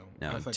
No